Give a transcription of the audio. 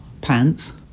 pants